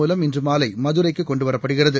மூலம் இன்று மாலை மதுரைக்கு கொண்டுவரப்படுகிறது